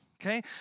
Okay